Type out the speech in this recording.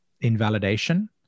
invalidation